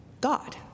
God